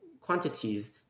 quantities